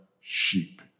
sheep